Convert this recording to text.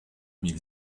mille